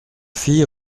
fille